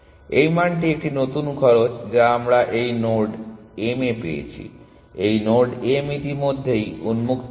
এই মানটি একটি নতুন খরচ যা আমরা এই নোড m এ পেয়েছি এই নোড m ইতিমধ্যেই উন্মুক্ত ছিল